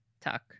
tuck